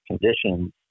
conditions